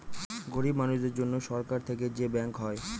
গরিব মানুষের জন্য সরকার থেকে যে ব্যাঙ্ক হয়